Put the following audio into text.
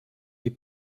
les